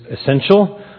essential